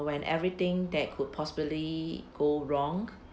when everything that could possibly go wrong